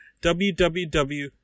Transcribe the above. www